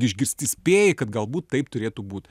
išgirsti spėji kad galbūt taip turėtų būt